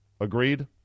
Agreed